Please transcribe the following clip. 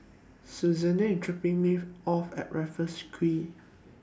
Susana IS dropping Me off At Raffles Quay